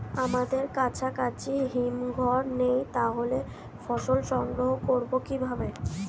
আমাদের কাছাকাছি হিমঘর নেই তাহলে ফসল সংগ্রহ করবো কিভাবে?